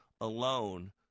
alone